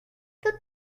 the